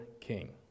king